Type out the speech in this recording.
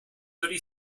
thirty